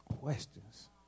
questions